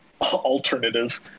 alternative